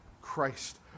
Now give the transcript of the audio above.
Christ